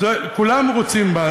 כולנו רוצים בה,